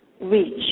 reach